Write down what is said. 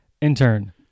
intern